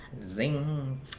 zing